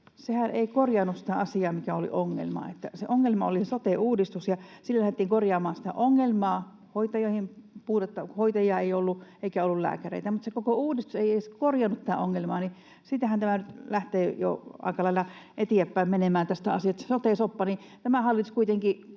sehän ei korjannut sitä asiaa, mikä oli ongelma. Se ongelma oli se sote-uudistus, ja sillä lähdettiin korjaamaan sitä ongelmaa, hoitajien puutetta: hoitajia ei ollut, eikä ollut lääkäreitä. Mutta kun se koko uudistus ei edes korjannut tätä ongelmaa, niin siitähän tämä nyt lähtee jo aika lailla eteenpäin menemään, tästä asiasta, tuli se sote-soppa. Tämä hallitus kuitenkin